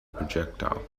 projectile